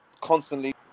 constantly